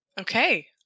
Okay